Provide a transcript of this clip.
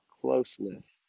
closeness